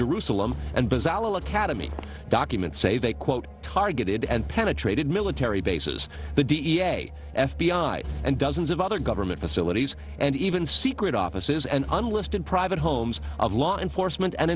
jerusalem and bazawule academy documents say they quote targeted and penetrated military bases the d n a f b i and dozens of other government facilities and even secret offices and unlisted private homes of law enforcement and